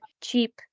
cheap